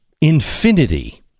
Infinity